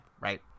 right